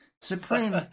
Supreme